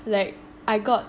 like I got